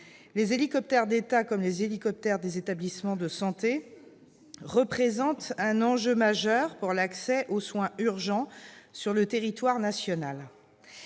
les hélicoptères d'État et les hélicoptères des établissements de santé représentent un enjeu majeur pour l'accès aux soins urgents sur le territoire national.